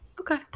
Okay